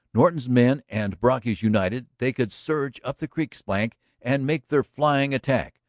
norton's men and brocky's united, they could surge up the creek's banks and make their flying attack,